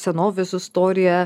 senovės istorija